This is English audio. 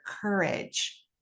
courage